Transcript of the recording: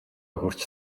хүрч